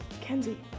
Kenzie